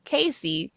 Casey